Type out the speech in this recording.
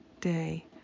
day